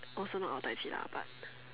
also not our dai-ji lah but